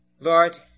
Lord